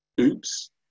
Oops